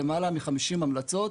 למעלה מ-50 המלצות